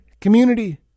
community